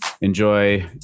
Enjoy